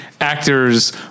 actors